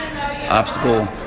obstacle